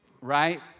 right